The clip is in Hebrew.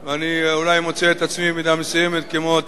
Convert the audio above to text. אני אולי מוצא את עצמי במידה מסוימת כמו אותם